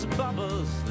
bubbles